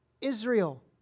Israel